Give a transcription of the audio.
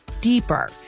deeper